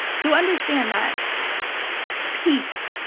so, understand that peace,